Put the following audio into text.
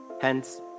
hence